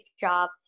job